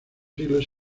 siglos